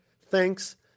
Thanks